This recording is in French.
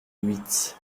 huit